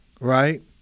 Right